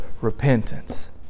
repentance